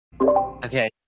Okay